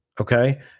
Okay